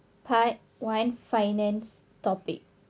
part one finance topic uh